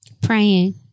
Praying